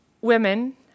Women